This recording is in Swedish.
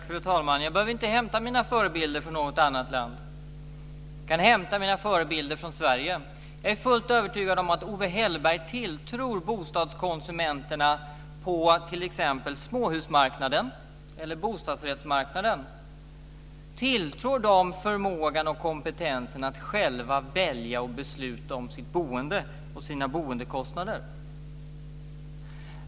Fru talman! Jag behöver inte hämta mina förebilder från något annat land. Jag kan hämta mina förebilder från Sverige. Jag är fullt övertygad om att Owe Hellberg tilltror bostadskonsumenterna på t.ex. småhusmarknaden eller bostadsrättsmarknaden förmågan och kompetensen att själva välja och besluta om sitt boende och sina boendekostnader.